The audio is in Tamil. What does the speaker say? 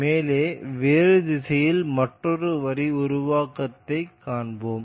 மேலே வேறு திசையில் மற்றொரு வரி உருவாவதைக் காண்போம்